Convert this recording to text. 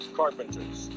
carpenters